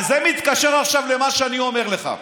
וזה מתקשר עכשיו למה שאני אומר לך.